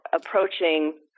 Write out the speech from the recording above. approaching